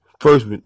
First